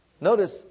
Notice